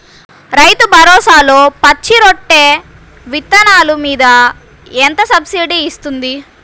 రైతు భరోసాలో పచ్చి రొట్టె విత్తనాలు మీద ఎంత సబ్సిడీ ఇస్తుంది?